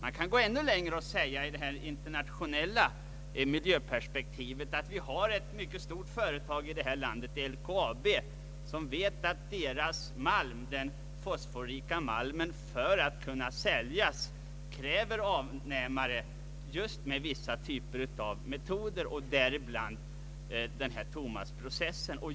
Jag kan gå ännu längre, till ett internationellt miljöperspektiv, och nämna att det finns ett mycket stort företag här i landet, nämligen LKAB, som vet att den fosforrika malm som bolaget säljer kräver avnämare som tillämpar vissa metoder, främst Thomasprocessen.